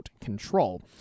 Control